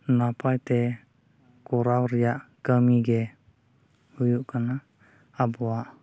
ᱱᱟᱯᱟᱭᱛᱮ ᱠᱚᱨᱟᱣ ᱨᱮᱭᱟᱜ ᱠᱟᱹᱢᱤᱜᱮ ᱦᱩᱭᱩᱜ ᱠᱟᱱᱟ ᱟᱵᱚᱣᱟᱜ